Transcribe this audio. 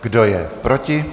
Kdo je proti?